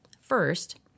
First